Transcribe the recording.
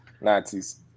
Nazis